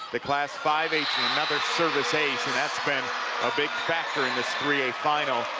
the class five a another service ace and that's been a big factor in this three a final.